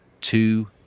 two